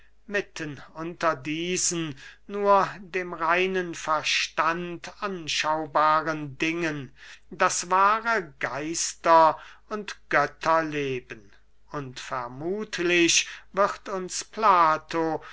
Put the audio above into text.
mitten unter diesen nur dem reinen verstand anschaubaren dingen das wahre geister und götterleben und vermuthlich wird uns plato